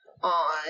on